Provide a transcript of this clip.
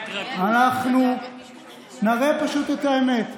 אנחנו נראה פשוט את האמת.